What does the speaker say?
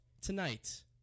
Tonight